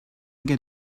get